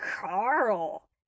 Carl